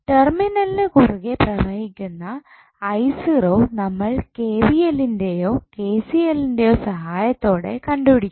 ടെർമിനലിന് കുറുകെ പ്രവഹിക്കുന്ന നമ്മൾ KVL ൻ്റെയോ KCL ൻ്റെയോ സഹായത്തോടെ കണ്ടുപിടിക്കണം